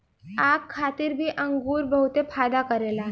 आँख खातिर भी अंगूर बहुते फायदा करेला